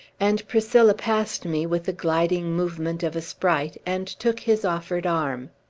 and priscilla passed me, with the gliding movement of a sprite, and took his offered arm.